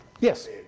Yes